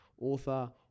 author